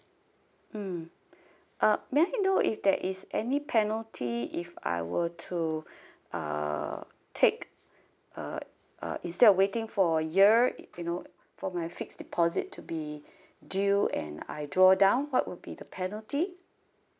mm uh may I know if there is any penalty if I were to uh take uh uh instead of waiting for a year you know for my fixed deposit to be due and I draw down what would be the penalty